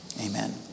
Amen